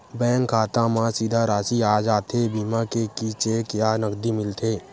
Bank खाता मा सीधा राशि आ जाथे बीमा के कि चेक या नकदी मिलथे?